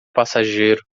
passageiro